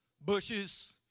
bushes